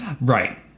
Right